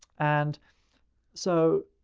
and so,